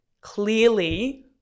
clearly